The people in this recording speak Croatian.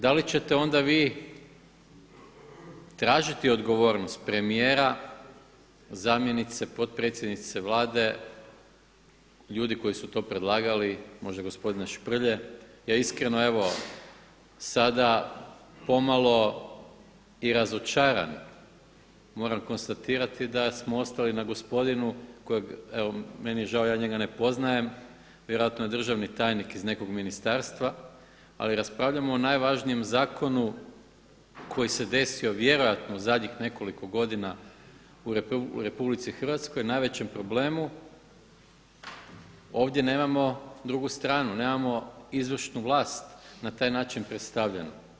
Da li ćete onda vi tražiti odgovornost premijera, zamjenice potpredsjednice Vlade, ljudi koji su to predlagali, možda gospodina Šprlje, ja iskreno sada pomalo i razočaran moram konstatirati da smo ostali na gospodinu, meni je žao ja njega ne poznajem, vjerojatno je državni tajnik iz nekog ministarstva, ali raspravljamo o najvažnijem zakonu koji se desio vjerojatno u zadnjih nekoliko godina u RH najvećem problemu, ovdje nemamo drugu stranu, nemamo izvršnu vlasti na taj način predstavljenu.